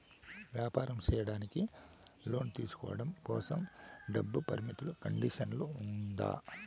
వ్యాపారం సేయడానికి లోను తీసుకోవడం కోసం, డబ్బు పరిమితి కండిషన్లు ఉందా?